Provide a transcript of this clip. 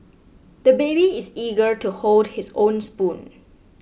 the baby is eager to hold his own spoon